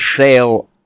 sale